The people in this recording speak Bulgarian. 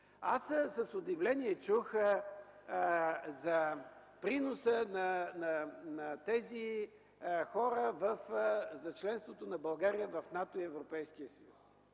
С удивление чух за приноса на тези хора за членството на България в НАТО и Европейския съюз.